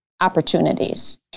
opportunities